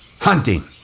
Hunting